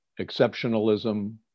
exceptionalism